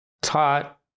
taught